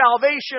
salvation